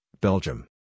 Belgium